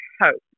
hope